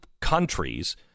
countries